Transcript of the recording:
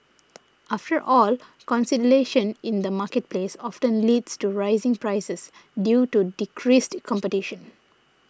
after all consolidation in the marketplace often leads to rising prices due to decreased competition